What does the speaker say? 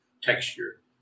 texture